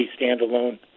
standalone